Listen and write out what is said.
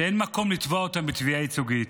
שאין מקום לתבוע אותם בתביעה ייצוגית.